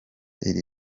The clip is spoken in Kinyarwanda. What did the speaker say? iri